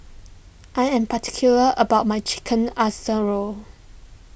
I am particular about my Chicken Ass a Role